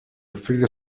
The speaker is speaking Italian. offrire